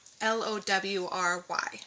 l-o-w-r-y